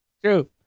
True